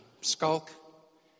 Skulk